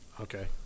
Okay